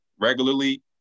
regularly